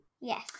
Yes